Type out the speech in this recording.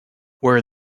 where